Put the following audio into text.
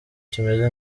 kimeze